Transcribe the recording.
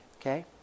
Okay